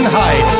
high